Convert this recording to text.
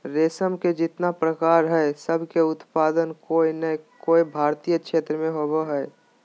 रेशम के जितना प्रकार हई, सब के उत्पादन कोय नै कोय भारतीय क्षेत्र मे होवअ हई